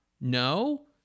No